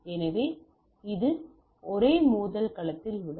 எனவே இது ஒரே மோதல் களத்தில் உள்ளது